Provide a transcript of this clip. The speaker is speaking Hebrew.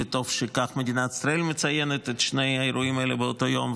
וטוב שכך מדינת ישראל מציינת את שני האירועים האלה באותו יום,